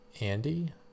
Andy